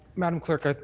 madame clerk, ah